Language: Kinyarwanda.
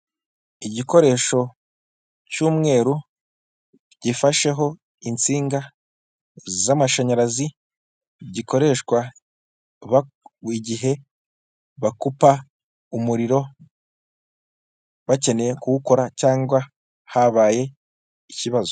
Igikoresho cy'umweru, gifasheho insinga z'amashanyarazi, gikoreshwa igihe bakupa umuriro, bakeneye kuwukora, cyangwa habaye ikibazo.